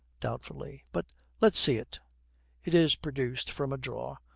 doubtfully but let's see it it is produced from a drawer,